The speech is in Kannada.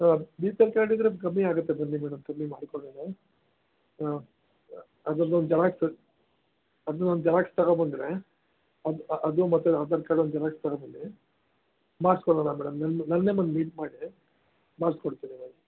ಹಾಂ ಬಿ ಪಿ ಎಲ್ ಕಾರ್ಡ್ ಇದ್ದರೆ ಅದು ಕಮ್ಮಿ ಆಗುತ್ತೆ ಬನ್ನಿ ಮೇಡಮ್ ಕಮ್ಮಿ ಮಾಡಿಕೊಡೋಣ ಹಾಂ ಅದ್ರದೊಂದು ಜೆರಾಕ್ಸ್ ಅದನ್ನು ಒಂದು ಜೆರಾಕ್ಸ್ ತಗೊಬಂದರೆ ಅದು ಅದು ಮತ್ತು ಆಧಾರ್ ಕಾರ್ಡ್ ಒಂದು ಜೆರಾಕ್ಸ್ ತಗೊಬನ್ನಿ ಮಾಡ್ಸಿಕೊಡೋಣ ಮೇಡಮ್ ನನ್ನ ನನ್ನನ್ನೇ ಬಂದು ಮೀಟ್ ಮಾಡಿ ಮಾಡ್ಸಿಕೊಡ್ತೀವಿ ಮೇಡಮ್